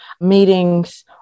meetings